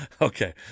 Okay